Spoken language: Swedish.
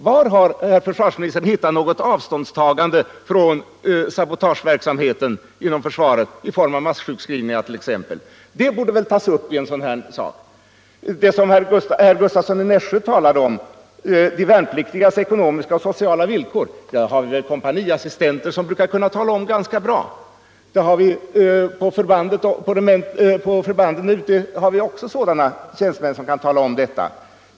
Var har herr försvarsministern hittat något avståndstagande från sabotageverksamheten inom försvaret i form av t.ex. massjukskrivningar? Det borde väl tas upp i en sådan här tidning. När det gäller det som herr Gustavsson i Nässjö talade om, nämligen de värnpliktigas ekonomiska och sociala villkor, brukar väl kompaniassistenterna kunna redogöra för dessa ganska bra. På förbanden har vi också andra tjänstemän som kan tala om detta.